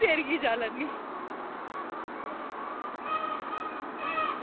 सिर कीऽ जाला नी